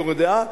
יורה דעה,